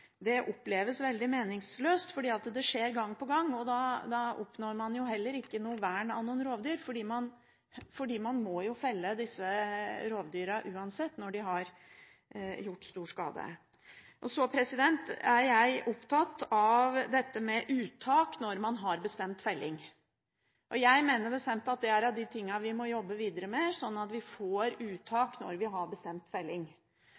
Det oppleves veldig meningsløst, for det skjer gang på gang. Da oppnår man heller ikke vern av noen rovdyr, for man må jo uansett felle disse rovdyrene når de har gjort stor skade. Så er jeg opptatt av dette med uttak når man har bestemt felling. Jeg mener bestemt at det er av de tingene vi må jobbe videre med, sånn at vi får uttak når vi har bestemt felling.